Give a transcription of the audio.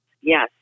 Yes